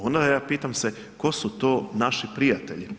Onda ja pitam se, tko su to naši prijatelji?